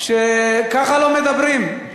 ככה לא מדברים.